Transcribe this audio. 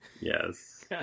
Yes